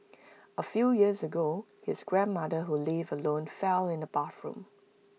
A few years ago his grandmother who lived alone fell in the bathroom